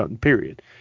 period